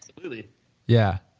absolutely yeah,